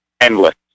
Endless